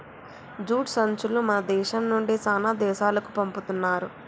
jute సంచులు మన దేశం నుండి చానా దేశాలకు పంపుతున్నారు